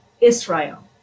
Israel